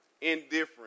indifferent